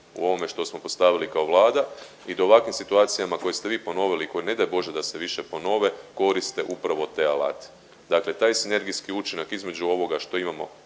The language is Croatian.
u ovome što smo postavili kao Vlada i da u ovakvim situacijama koje ste vi ponovili, koje ne daj Bože da se više ponove, koriste upravo ti alate, dakle taj sinergijski učinak između ovoga što imamo